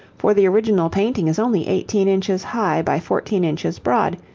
for the original painting is only eighteen inches high by fourteen inches broad,